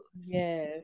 Yes